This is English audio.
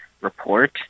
report